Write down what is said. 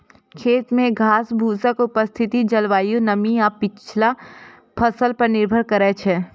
खेत मे घासफूसक उपस्थिति जलवायु, नमी आ पछिला फसल पर निर्भर करै छै